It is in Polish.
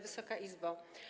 Wysoka Izbo!